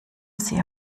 sie